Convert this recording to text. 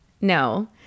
No